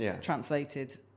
translated